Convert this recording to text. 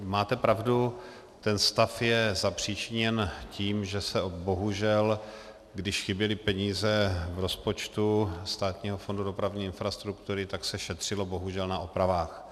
Máte pravdu, ten stav je zapříčiněn tím, že se bohužel, když chyběly peníze v rozpočtu Státního fondu dopravní infrastruktury, tak se šetřilo bohužel na opravách.